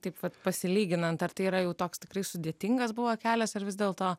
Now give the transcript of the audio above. taip vat pasilyginant ar tai yra jau toks tikrai sudėtingas buvo kelias ar vis dėl to